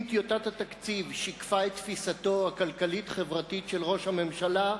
אם טיוטת התקציב שיקפה את תפיסתו הכלכלית-החברתית של ראש הממשלה,